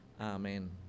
Amen